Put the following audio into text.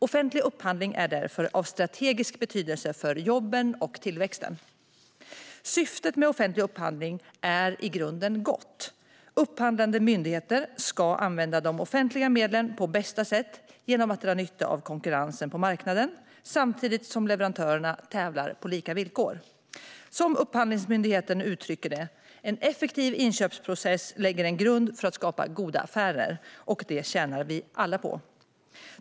Offentlig upphandling är därför av strategisk betydelse för jobben och tillväxten. Syftet med offentlig upphandling är i grunden gott. Upphandlande myndigheter ska använda de offentliga medlen på bästa sätt genom att dra nytta av konkurrensen på marknaden samtidigt som leverantörerna tävlar på lika villkor. Som Upphandlingsmyndigheten uttrycker det: "En effektiv inköpsprocess lägger en grund för att skapa goda affärer." Det tjänar vi alla på.